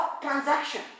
transaction